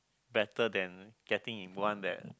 better than getting in one that